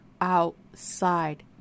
outside